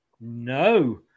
No